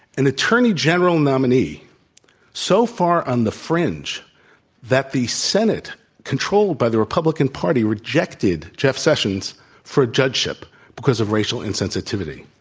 an attorney general nominee so far on the fringe that the senate controlled by the republican party rejected jeff sessions for judgeship because of racial insensitivity.